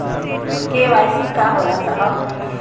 KYC का होला साहब?